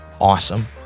awesome